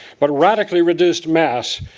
but radically reduced mass,